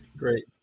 Great